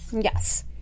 Yes